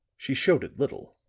she showed it little.